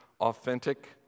authentic